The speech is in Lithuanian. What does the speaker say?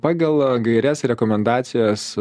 pagal gaires rekomendacijas